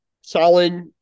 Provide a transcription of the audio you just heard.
solid